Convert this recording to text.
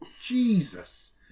Jesus